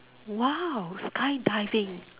!wow! skydiving